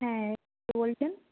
হ্যাঁ কে বলছেন